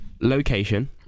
location